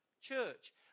church